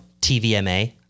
TVMA